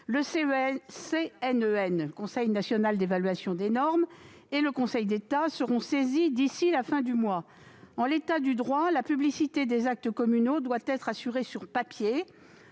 Le Conseil national d'évaluation des normes (CNEN) et le Conseil d'État seront saisis du sujet d'ici à la fin du mois. En l'état du droit, la publicité des actes communaux doit être assurée sur papier